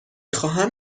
خواهم